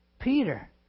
Peter